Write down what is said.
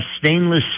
stainless